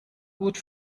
gut